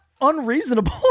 unreasonable